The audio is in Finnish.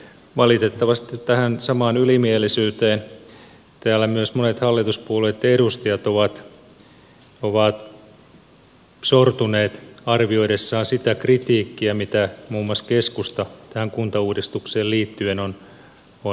valitettavasti tähän samaan ylimielisyyteen täällä myös monet hallituspuolueitten edustajat ovat sortuneet arvioidessaan sitä kritiikkiä mitä muun muassa keskusta tähän kuntauudistukseen liittyen on esittänyt